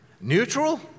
Neutral